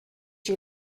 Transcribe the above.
you